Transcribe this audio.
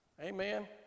Amen